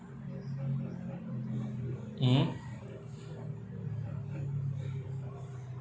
mm